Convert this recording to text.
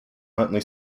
huntly